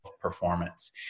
performance